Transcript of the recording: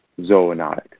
zoonotic